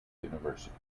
university